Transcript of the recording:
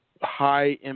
high